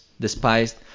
despised